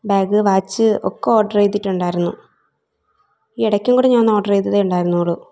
bag watch ഒക്കെ order ചെയ്തിട്ടുണ്ടായിരുന്നു ഈ ഇടയ്ക്കും കൂടി ഞാൻ ഒന്ന് ഓർഡർ ചെയ്തതെ ഉണ്ടായിരുന്നുള്ളൂ